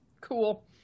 Cool